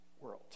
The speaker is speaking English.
world